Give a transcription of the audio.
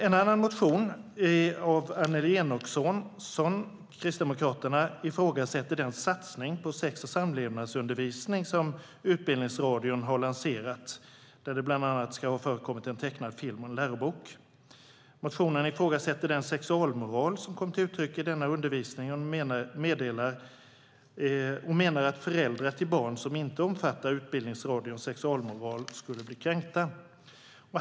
I en motion av Annelie Enochson, Kristdemokraterna, ifrågasätts den satsning på sex och samlevnadsundervisning som Utbildningsradion har lanserat. Bland annat ska det ha förekommit en tecknad film och en lärobok. I motionen ifrågasätts den sexualmoral som kommer till uttryck i denna undervisning. Motionären menar att föräldrar till barn som inte omfattar Utbildningsradions sexualmoral skulle bli kränkta.